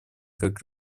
как